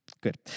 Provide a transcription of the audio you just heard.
Good